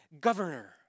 governor